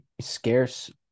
scarce